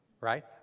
right